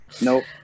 nope